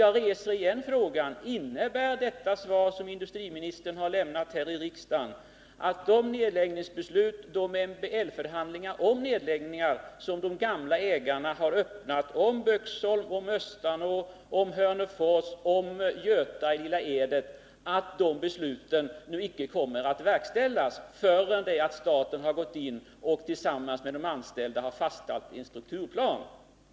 Jag ställer därför igen frågan: Innebär det svar som industriministern har lämnat här i riksdagen att de nedläggningsbeslut och de MBL-förhandlingar om nedläggningar som de gamla ägarna har öppnat — om Böksholm, om Östanå, om Hörnefors och om Göta i Lilla Edet — icke kommer att verkställas förrän staten har gått in och tillsammans med de anställda har fastlagt en strukturplan?